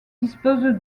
dispose